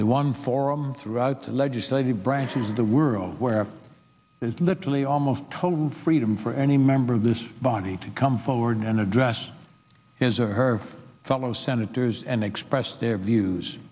the one forum throughout the legislative branches of the world where there's literally almost total freedom for any member of this body to come forward and address his or her fellow senators and express their views